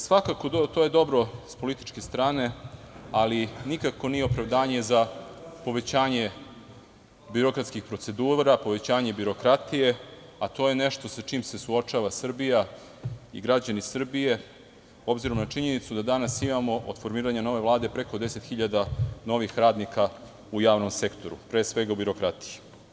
Svakako, to je dobro s političke strane, ali nikako nije opravdanje za povećanje birokratskih procedura, povećanje birokratije, a to je nešto sa čime se suočava Srbija i građani Srbije, obzirom na činjenicu da danas imamo od formiranja nove Vlade preko 10 hiljada novih radnika u javnom sektoru, pre svega u birokratiji.